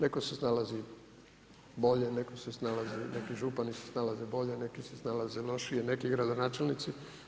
Netko se snalazi bolje, netko se snalazi, neki župani se snalaze bolje, neki se snalaze lošije, neki gradonačelnici.